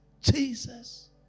Jesus